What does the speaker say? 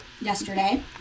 yesterday